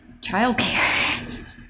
Childcare